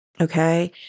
Okay